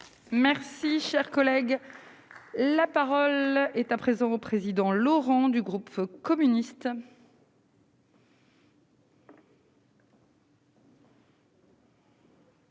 Merci, cher collègue, la parole est à présent au président Laurent du groupe communiste.